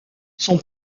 son